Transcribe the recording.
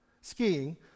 Skiing